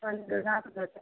ಒಂದು ನಾಲ್ಕು ರಜೆ